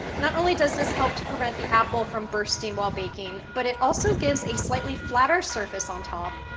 not only does this help to prevent the apple from bursting while baking, but it also gives a slightly flatter surface on top,